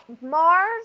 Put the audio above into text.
Mars